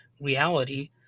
reality